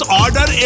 order